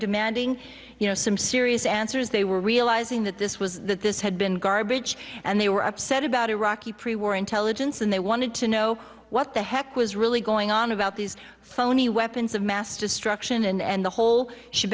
demanding you know some serious answers they were realizing that this was that this had been garbage and they were upset about iraqi pre war intelligence and they wanted to know what the heck was really going on about these phony weapons of mass destruction and the whole she